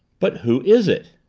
but who is it?